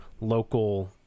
local